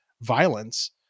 violence